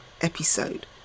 episode